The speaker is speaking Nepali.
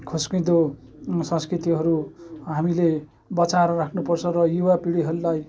खस्किँदो संस्कृतिहरू हामीले बचाएर राख्नुपर्छ र युवापिँढीहरूलाई